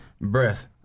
breath